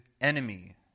enemy